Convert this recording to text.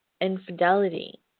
infidelity